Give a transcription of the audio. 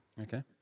Okay